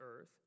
earth